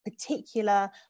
particular